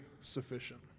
sufficient